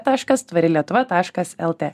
taškas tvari lietuva taškas lt